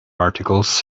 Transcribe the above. articles